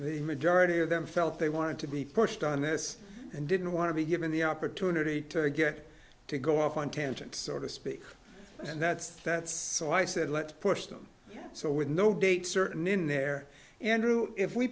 the majority of them felt they wanted to be pushed on this and didn't want to be given the opportunity to get to go off on tangents sort of speak and that's that's so i said let's push them so with no date certain in there andrew if we